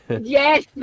Yes